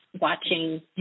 watching